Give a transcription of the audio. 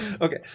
Okay